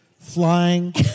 flying